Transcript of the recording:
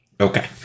Okay